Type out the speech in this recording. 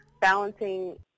balancing